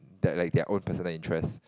that like their own personal interest